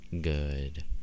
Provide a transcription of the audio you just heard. good